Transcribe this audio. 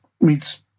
meets